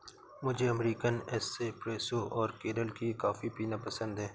मुझे American espresso और केरल की कॉफी पीना पसंद है